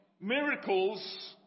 miracles